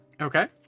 Okay